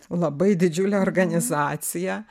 labai didžiulę organizaciją